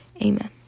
Amen